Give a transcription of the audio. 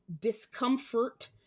discomfort